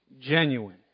genuine